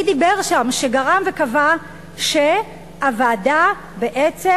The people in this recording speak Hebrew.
מי דיבר שם שגרם וקבע שהוועדה בעצם